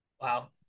wow